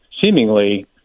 seemingly